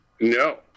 No